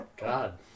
God